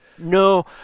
No